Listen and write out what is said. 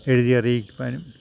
എഴുതിയറിയിക്കുവാനും